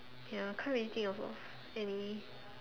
ya can't really think of of any